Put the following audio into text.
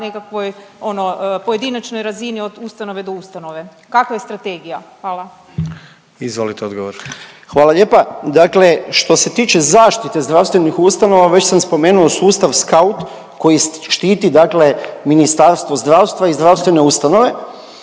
nekakvoj pojedinačnoj razini od ustanove do ustanove? Kakva je strategija? Hvala. **Jandroković, Gordan (HDZ)** Izvolite odgovor. **Nekić, Darko** Hvala lijepa. Dakle, što se tiče zaštite zdravstvenih ustanova već sam spomenuo sustav SK@UT koji štiti Ministarstvo zdravstva i zdravstvene ustanove.